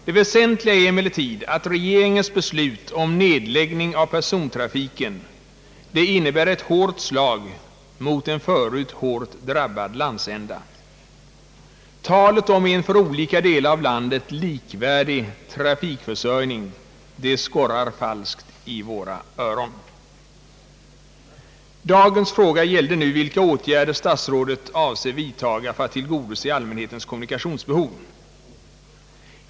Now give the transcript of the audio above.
Det väsentliga är emellertid att regeringens beslut om nedläggning av persontrafiken innebär ett hårt slag mot en förut hårt drabbad landsända. Talet om en för olika delar av landet likvärdig trafikförsörjning skorrar falskt i våra Öron. Dagens fråga gällde nu vilka åtgärder statsrådet avser vidtaga för att i det nya läget tillgodose allmänhetens kommunikationsbehov.